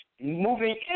moving